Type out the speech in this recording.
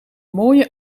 mooie